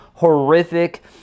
horrific